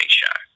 show